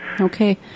Okay